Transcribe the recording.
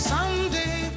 Someday